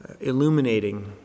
illuminating